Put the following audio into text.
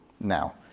now